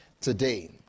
today